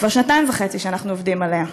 כבר שנתיים וחצי שאנחנו עובדים עליה.